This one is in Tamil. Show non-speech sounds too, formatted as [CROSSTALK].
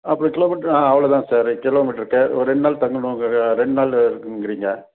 அப்புறம் கிலோமீட்டரு ஆ அவ்வளோதான் சார் கிலோமீட்டருக்கு ஒரு ரெண்டு நாள் தங்கணும் [UNINTELLIGIBLE] ரெண்டு நாள் இருக்கணுங்கிறிங்க